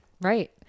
Right